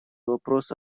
вопрос